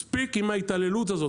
מספיק עם ההתעללות הזאת.